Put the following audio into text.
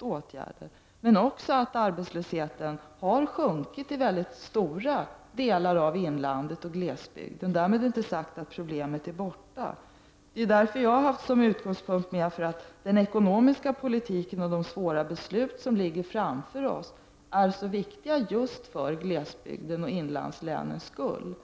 åtgärderna är de rätta. Arbetslösheten har också sjunkit i stora delar av inlandet och glesbygden. Därmed är inte sagt att problemet är borta. Min utgångspunkt är att den ekonomiska politiken och de svåra beslut som ligger framför oss är så viktiga just för glesbygdens och inlandslänens skull.